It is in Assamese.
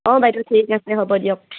অঁ বাইদেউ ঠিক আছে হ'ব দিয়ক